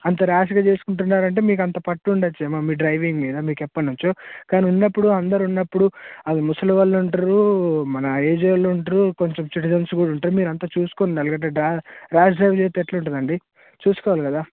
అంత ర్యాష్గా చేసుకుంటున్నారంటే మీకంత పట్టుండచ్చేమో మీ డ్రైవింగ్ మీద మీకెపట్నుంచో కానీ ఉన్నప్పుడు అందరూ ఉన్నప్పుడు ముసలి వాళ్ళు ఉంటరు మన ఏజ్ వాళ్ళుంటరు కొంచెం సిటిజెన్స్ కూడా ఉంటారు మీరంతా చూసుకుని మెలిగేటట్టు ర్యాష్ డ్రైవ్ చేస్తే ఎట్లుంటుందండి చూసుకోవాలి కదా